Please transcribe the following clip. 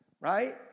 right